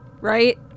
right